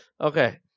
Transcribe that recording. Okay